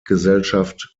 gesellschaft